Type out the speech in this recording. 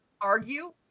argue